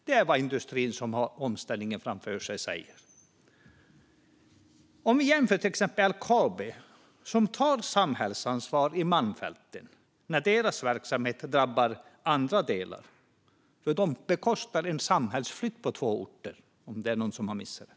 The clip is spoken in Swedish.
Det är vad industrin, som har omställningen framför sig, säger. Vi kan till exempel jämföra med LKAB, som tar samhällsansvar på malmfälten. När deras verksamhet drabbar andra delar bekostar de en samhällsflytt på två orter - om det är någon som har missat det.